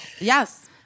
Yes